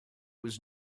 was